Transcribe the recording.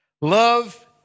Love